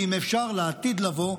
ואם אפשר, לעתיד לבוא,